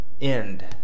end